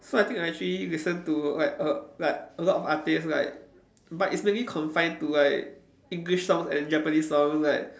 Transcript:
so I think I actually listen to like err like a lot of artistes like but it's only confined to like English songs and Japanese songs like